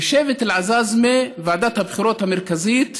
ושבט אל-עזאזמה, ועדת הבחירות המרכזית